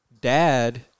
dad